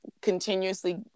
continuously